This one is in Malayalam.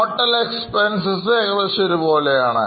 ടോട്ടൽ expenses ഏകദേശം ഒരുപോലെയാണ്